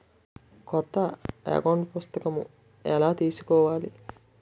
కొత్త అకౌంట్ పుస్తకము ఎలా తీసుకోవాలి?